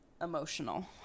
emotional